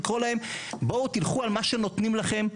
ולקרוא להם לבוא וללכת על מה שנותנים להם,